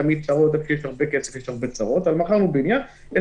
איפה שיש הרבה כסף יש הרבה צרות 20 מיליון,